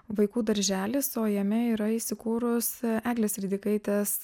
vaikų darželis o jame yra įsikūrusi eglės ridikaitės